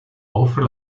offre